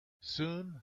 soon